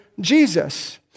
Jesus